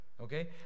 Okay